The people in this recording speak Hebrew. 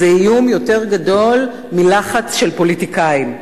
זה איום יותר גדול מלחץ של פוליטיקאים.